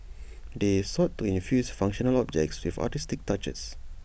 they sought to infuse functional objects with artistic touches